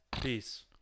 peace